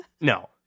no